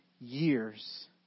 years